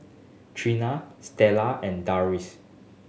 Trina Stella and Darrius